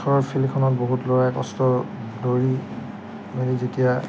ওচৰৰ ফিল্ডখনত বহুত ল'ৰাই কষ্ট দৌৰি মেলি যেতিয়া